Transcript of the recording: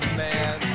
man